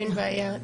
אין בעיה,